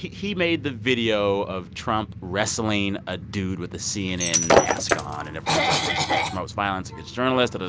he made the video of trump wrestling a dude with the cnn mask on. and everyone's like, he's this promotes violence against journalists. dah, dah,